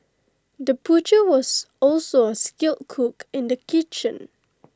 the butcher was also A skilled cook in the kitchen